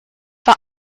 war